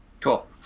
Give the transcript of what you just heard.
cool